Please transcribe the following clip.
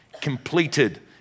completed